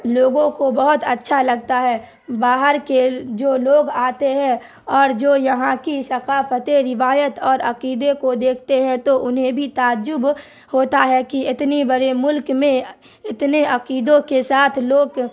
لوگوں کو بہت اچھا لگتا ہے باہر کے جو لوگ آتے ہیں اور جو یہاں کی ثقافتی روایت اور عقیدے کو دیکھتے ہیں تو انہیں بھی تعجب ہوتا ہے کہ اتنی بڑے ملک میں اتنے عقیدوں کے ساتھ لوگ